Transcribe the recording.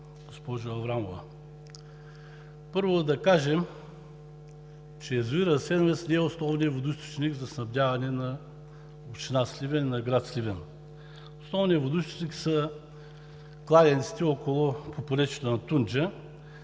госпожо Аврамова, първо, да кажем, че язовир „Асеновец“ не е основният водоизточник за снабдяване на община Сливен и на град Сливен. Основният източник са кладенците около поречието на Тунджа.